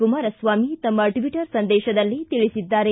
ಕುಮರಸ್ವಾಮಿ ತಮ್ಮ ಟ್ವಿಟರ್ ಸಂದೇಶದಲ್ಲಿ ತಿಳಿಸಿದ್ದಾರೆ